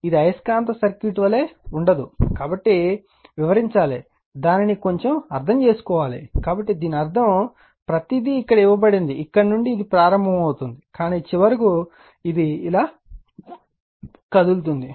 ఇది అయస్కాంత సర్క్యూట్ వలె ఉండదు కాబట్టి వివరించాలి దానిని కొంచెం అర్థం చేసుకోవాలి కాబట్టి దీని అర్థం ప్రతీది ఇక్కడ ఇవ్వబడింది ఇక్కడ నుండి ఇది ప్రారంభమవుతుంది కానీ చివరకు ఇది ఇలా కదులుతుంది